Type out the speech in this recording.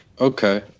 Okay